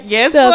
Yes